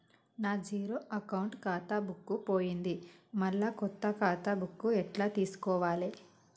నా zero account ఖాతా book పోయింది మళ్ళా కొత్త ఖాతా బుక్కు ఎట్ల తీసుకోవాలే?